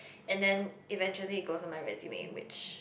and then eventually it goes on my resume which